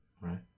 Right